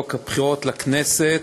חוק הבחירות לכנסת,